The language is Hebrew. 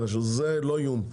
זה לא איום,